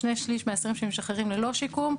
שני שליש מהאסירים שמשחררים ללא שיקום,